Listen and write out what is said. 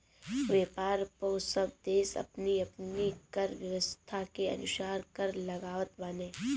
व्यापार पअ सब देस अपनी अपनी कर व्यवस्था के अनुसार कर लगावत बाने